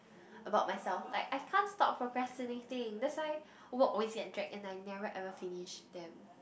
about myself like I can't stop procrastinating that's why work always get dragged and I never ever finish them